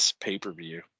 pay-per-view